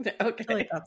Okay